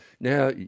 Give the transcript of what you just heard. Now